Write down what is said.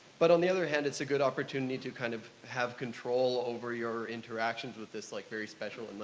but on the other hand, it's a good opportunity to kind of have control over your interactions with this like very special, and like